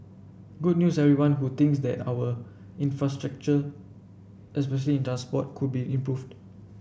good news everyone who thinks that our infrastructure especially in does what could be improved